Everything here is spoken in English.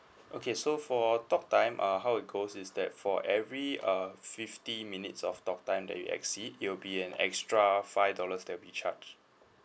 okay so for talk time uh how it goes is that for every uh fifty minutes of talk time that you exceed it will be an extra five dollars that we charge